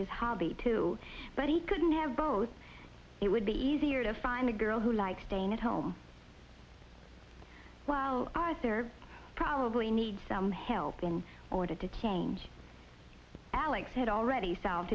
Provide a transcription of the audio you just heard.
his hobby too but he couldn't have both it would be easier to find a girl who like staying at home while there are probably needs some help in order to change alex had already so